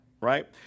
right